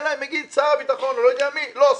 אלא אם יגיד שר הביטחון או לא יודע מי שסליחה,